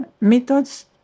methods